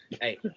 Hey